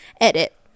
edit